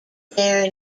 there